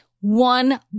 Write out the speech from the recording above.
One